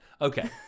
Okay